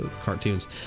cartoons